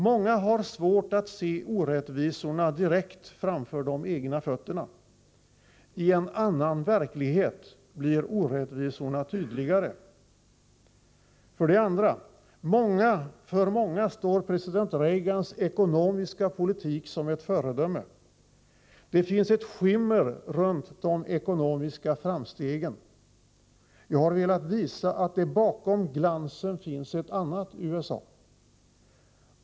Många har svårt att se orättvisorna direkt framför de egna fötterna. I en annan verklighet blir orättvisorna tydligare. 2. För många står president Reagans ekonomiska politik som ett föredöme. Det finns ett skimmer runt de ekonomiska framstegen. Jag har velat visa att det bakom glansen finns ett annat USA.